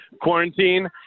quarantine